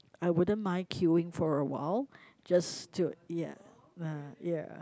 I wouldn't mind queuing for a while just to ya uh ya